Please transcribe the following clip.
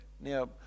Now